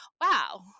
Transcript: wow